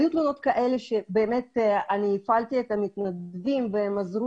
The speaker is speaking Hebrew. היו תלונות ואני הפעלתי את המתנדבים והם עזרו